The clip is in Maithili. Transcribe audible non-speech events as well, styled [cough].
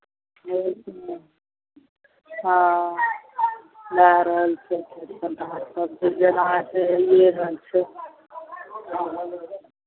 ह्म्म हँ लए रहल छै खेत पथार [unintelligible] चलिए रहल छै